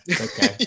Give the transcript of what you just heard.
okay